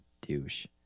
douche